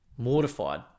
Mortified